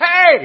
hey